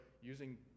using